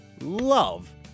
love